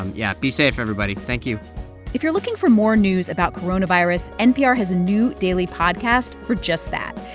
um yeah, be safe, everybody. thank you if you're looking for more news about coronavirus, npr has a new daily podcast for just that.